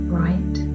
right